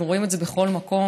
אנחנו רואים את זה בכל מקום.